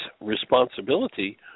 responsibility